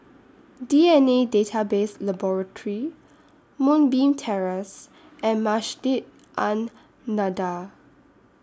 D N A Database Laboratory Moonbeam Terrace and Masjid An Nahdhah